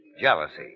Jealousy